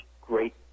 great